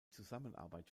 zusammenarbeit